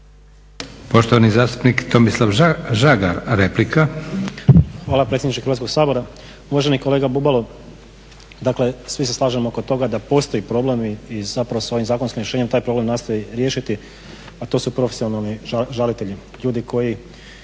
Poštovani zastupnik Tomislav Žagar, replika. **Žagar, Tomislav (SDP)** Hvala predsjedniče Hrvatskog sabora. Uvaženi kolega Bubalo, dakle svi se slažemo oko toga da postoji problem i zapravo se ovim zakonskim rješenjem taj problem nastoji riješiti, a to su profesionalni žalitelji, ljudi koji